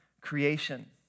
creation